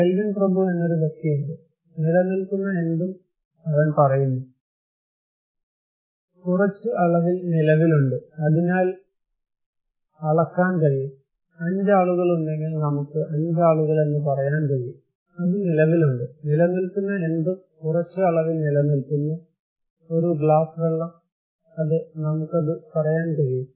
kelvin പ്രഭു എന്നൊരു വ്യക്തി ഉണ്ട് നിലനിൽക്കുന്ന എന്തും അവൻ പറയുന്നു കുറച്ച് അളവിൽ നിലവിലുണ്ട് അതിനാൽ അളക്കാൻ കഴിയും 5 ആളുകളുണ്ടെങ്കിൽ നമുക്ക് 5 ആളുകൾ എന്ന് പറയാൻ കഴിയും അത് നിലവിലുണ്ട് നിലനിൽക്കുന്ന എന്തും കുറച്ച് അളവിൽ നിലനിൽക്കുന്നു ഒരു ഗ്ലാസ് വെള്ളം അതെ നമുക്ക് അത് പറയാൻ കഴിയും